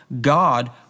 God